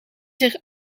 zich